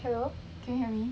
hello can you hear me